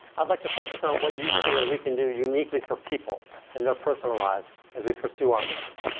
i'd like to focus on what you feel we can do uniquely for people in their personal lives as we pursue our mission.